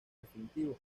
definitivo